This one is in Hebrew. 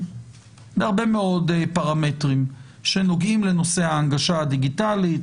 בהרבה מאוד פרמטרים שנוגעים לנושא ההנגשה הדיגיטלית,